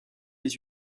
les